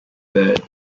bird